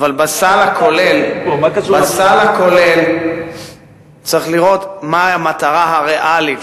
בסל הכולל צריך לראות מהי המטרה הריאלית,